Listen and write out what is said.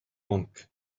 monk